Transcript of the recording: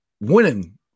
winning